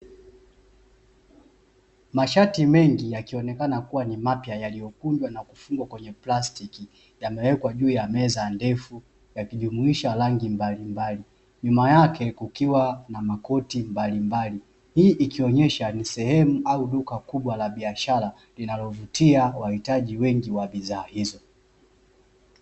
Mashati mengi yakionekana kuwa ni mapya, yaliokunjwa na kufungwa kwenye plastiki, yamewekwa juu ya meza ndefu, yakijumuisha rangi mbalimbali, nyuma yake kukiwa na makoti mbalimbali. Hii ikionyesha ni sehemu au duka kubwa la biashara linalovutia wahitaji wengi wa bidhaa hizo.